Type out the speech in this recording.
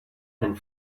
and